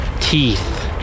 Teeth